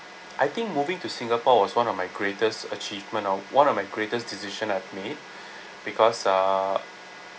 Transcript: I think moving to singapore was one of my greatest achievement ah one of my greatest decision I've made because uh